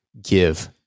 give